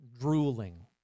drooling